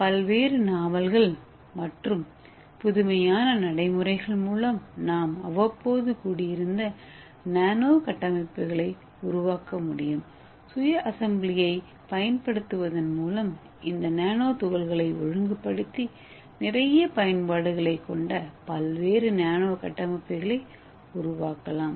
பல்வேறு நாவல்கள் மற்றும் புதுமையான நடைமுறைகள் மூலம் நாம் அவ்வப்போது கூடியிருந்த நானோ கட்டமைப்புகளை உருவாக்க முடியும் சுய அசெம்பிளியைப் பயன்படுத்துவதன் மூலம் இந்த நானோ துகள்களை ஒழுங்குபடுத்தி நிறைய பயன்பாடுகளைக் கொண்ட பல்வேறு நானோ கட்டமைப்புகளை உருவாக்கலாம்